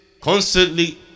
constantly